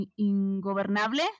Ingobernable